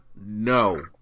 No